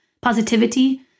positivity